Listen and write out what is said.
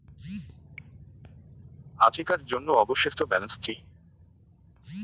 আজিকার জন্য অবশিষ্ট ব্যালেন্স কি?